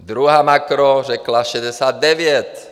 Druhá makro řekla 69.